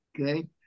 okay